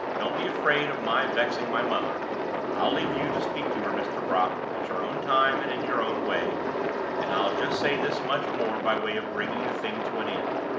don't be afraid of my vexing my mother i'll leave you to speak to her, mr. brock, at your own time and in your own way and i'll just say this much more by way of bringing the thing to an end.